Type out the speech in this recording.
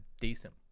decent